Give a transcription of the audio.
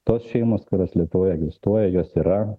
tos šeimos kurios lietuvoj egzistuoja jos yra